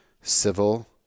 civil